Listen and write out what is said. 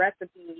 recipe